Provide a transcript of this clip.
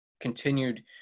continued